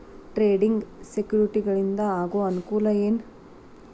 trading ಸೆಕ್ಯುರಿಟಿಗಳಿಂದ ಆಗೋ ಅನುಕೂಲ ಏನ